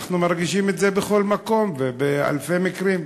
אנחנו מרגישים את זה בכל מקום ובאלפי מקרים.